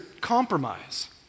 compromise